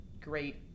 great